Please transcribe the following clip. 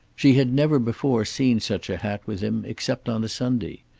she had never before seen such a hat with him except on a sunday.